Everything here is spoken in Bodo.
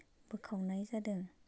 बोखानाय जादों